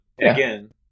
Again